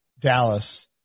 Dallas